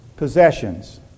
possessions